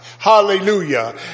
Hallelujah